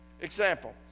Example